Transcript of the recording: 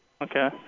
Okay